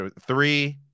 three